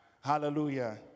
Hallelujah